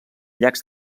llacs